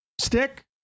Stick